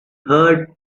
heard